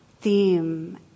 theme